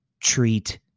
treat